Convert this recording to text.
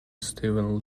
steven